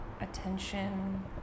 attention